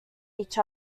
each